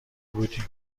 بودیم